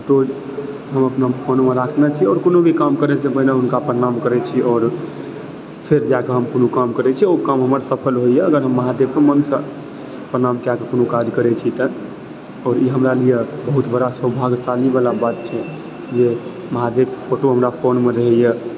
तऽ ओऽ फोटो हम अपन फोनमे राखने छी आओर कोनो भी काम करयसँ पहिने हुनका प्रणाम करैत छी आओर फेर जाके हम कोनो काम करैत छी आओर काम हमर सफल होइयए अगर हम महादेवकऽ मनसँ प्रणाम कएके कोनो काज करैत छी तऽ आओर ई हमरा लिअ बहुत बड़ा सौभाग्यशालीबला बात छै जे महादेवकऽ फोटो हमरा फोनमे रहयए